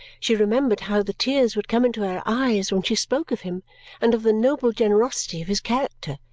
she remembered how the tears would come into her eyes when she spoke of him and of the noble generosity of his character,